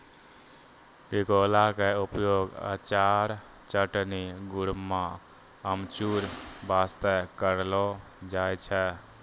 टिकोला के उपयोग अचार, चटनी, गुड़म्बा, अमचूर बास्तॅ करलो जाय छै